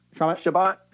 Shabbat